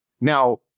Now